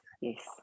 yes